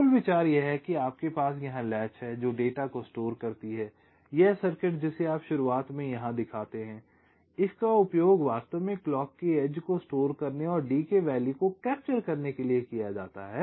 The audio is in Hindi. मूल विचार यह है कि आपके पास यहां लैच है जो डेटा को स्टोर करती है यह सर्किट जिसे आप शुरुआत में यहां दिखाते हैं इसका उपयोग वास्तव में क्लॉक के एज को स्टोर करने और D के वैल्यू को कैप्चर करने के लिए किया जाता है